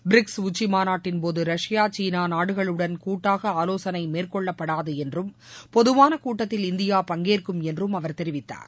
BRICS உச்சிமாநாட்டின் போது Russia China நாடுகளுடன் கூட்டாக ஆவோசனை மேற்கொள்ளப்படாது என்றும் பொதுவான கூட்டத்தில் இந்தியா பங்கேற்கும் என்றும் அவர் தெரிவித்தார்